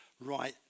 right